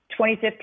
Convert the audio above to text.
2015